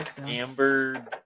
Amber